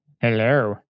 Hello